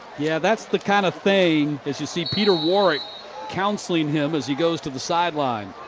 yeah. that's the kind of thing, as you see peter warrick counseling him, as he goes to the sideline.